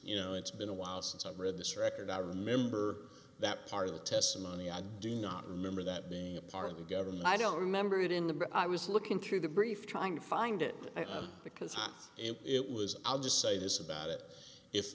you know it's been a while since i've read this record i remember that part of the testimony i do not remember that being a part of the government i don't remember it in the looking through the brief trying to find it because it was i'll just say this about it if